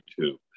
YouTube